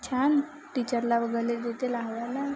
छान टीचरला वगैरे देते लावायला